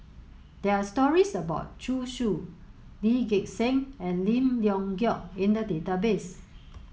there are stories about Zhu Xu Lee Gek Seng and Lim Leong Geok in the database